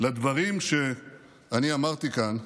לדברים שאני אמרתי כאן,